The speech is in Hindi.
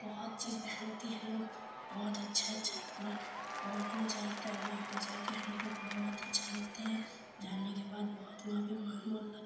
बहुत चीज़ पहनती है लोग बहुत अच्छा अच्छा कपड़ा बहुत मज़ा आता है वहाँ पर जा कर हम लोग को बहुत अच्छा लगता है जाने के बाद बहुत वहाँ पर म मन लगता है